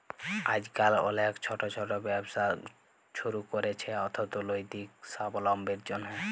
আইজকাল অলেক ছট ছট ব্যবসা ছুরু ক্যরছে অথ্থলৈতিক সাবলম্বীর জ্যনহে